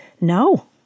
No